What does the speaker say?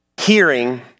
hearing